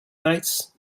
lights